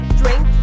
drink